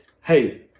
hey